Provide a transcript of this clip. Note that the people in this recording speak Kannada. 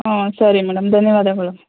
ಹಾಂ ಸರಿ ಮೇಡಮ್ ಧನ್ಯವಾದಗಳು